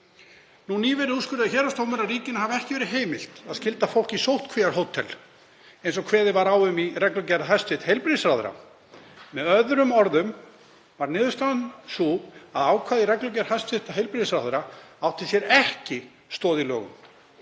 Nýverið úrskurðaði héraðsdómur að ríkinu hafi ekki verið heimilt að skylda fólk í sóttkvíarhótel, eins og kveðið var á um í reglugerð hæstv. heilbrigðisráðherra. Með öðrum orðum var niðurstaðan sú að ákvæði í reglugerð hæstv. heilbrigðisráðherra ætti sér ekki stoð í lögum.